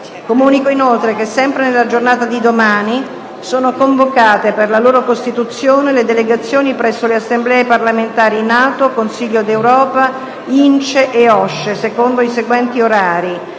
Comunico inoltre che, sempre nella giornata di domani, sono convocate, per la loro costituzione, le delegazioni presso le Assemblee parlamentari NATO, Consiglio d'Europa, INCE e OSCE, secondo i seguenti orari: